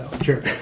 Sure